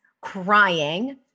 crying